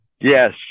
Yes